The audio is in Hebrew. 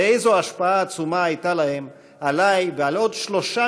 ואיזו השפעה עצומה הייתה להם עלי ועל עוד שלושה